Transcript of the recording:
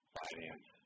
finance